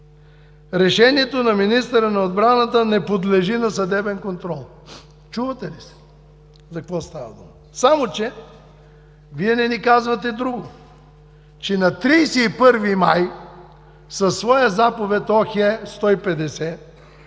„Решението на министъра на отбраната не подлежи на съдебен контрол”. Чувате ли се за какво става дума? Само че Вие не ни казвате друго, че на 31 май 2017 г. със своя заповед № ОХ–150